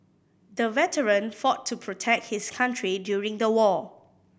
the veteran fought to protect his country during the war